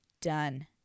done